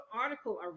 article